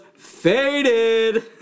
faded